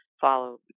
follow